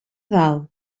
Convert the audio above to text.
dalt